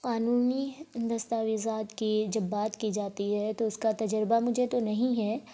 قانونی دستاویزات کی جب بات کی جاتی ہے تو اس کا تجربہ مجھے تو نہیں ہے